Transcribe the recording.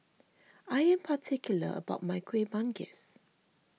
I am particular about my Kueh Manggis